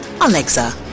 Alexa